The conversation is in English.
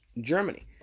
Germany